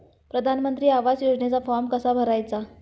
प्रधानमंत्री आवास योजनेचा फॉर्म कसा भरायचा?